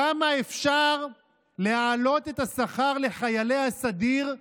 כמה אפשר להעלות את השכר לחיילי הסדיר,